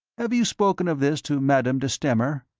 have you spoken of this to madame de stamer?